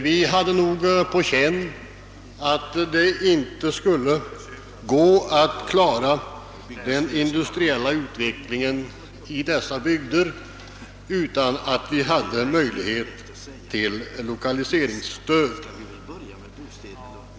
Vi hade nog på känn att det inte skulle gå att klara den industriella utvecklingen i dessa bygder utan möjlighet till lokaliseringsstöd.